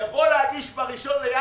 יבוא להגיש ב-1.1.